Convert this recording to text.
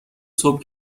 صبح